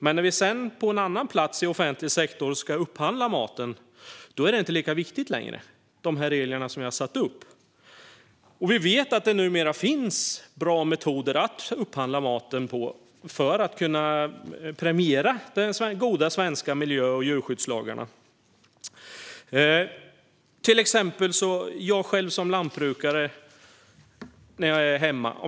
Men när vi sedan, på en annan plats i offentlig sektor, ska upphandla maten är de regler som vi har ställt upp inte längre lika viktiga. Vi vet att det numera finns bra metoder att upphandla maten för att kunna premiera de goda svenska miljö och djurskyddslagarna. Jag tar mig själv som lantbrukare när jag är hemma som exempel.